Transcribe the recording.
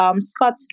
Scott